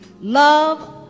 Love